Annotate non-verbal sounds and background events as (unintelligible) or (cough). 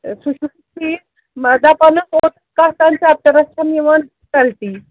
سُہ چھُسہٕ ٹھیٖک دَپان ٲس اوترٕ کَتھ تام چَپٹَرس چھَم یِوان (unintelligible) کَلٹی